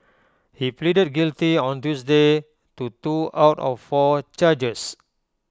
he pleaded guilty on Tuesday to two out of four charges